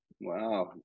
Wow